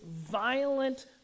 violent